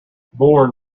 born